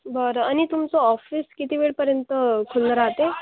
बरं आणि तुमचं ऑफिस किती वेळपर्यंत खुलं राहत आहे